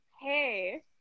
Hey